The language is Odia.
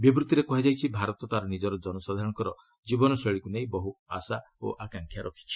ବିବୃଭିରେ କୁହାଯାଇଛି ଭାରତ ତା'ର ନିଜର ଜନସାଧାରଣଙ୍କର ଜୀବନଶୈଳୀକୁ ନେଇ ବହୁ ଆଶା ଓ ଆକାଂକ୍ଷ ରଖିଛି